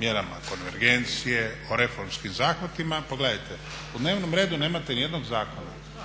mjerama konvergencije, o reformskim zahvatima, pa gledajte u dnevnom redu nemate niti jednog zakona,